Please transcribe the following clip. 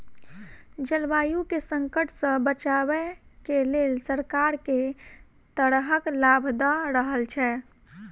जलवायु केँ संकट सऽ बचाबै केँ लेल सरकार केँ तरहक लाभ दऽ रहल छै?